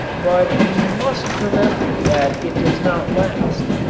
but we must remember that it does not last.